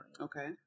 Okay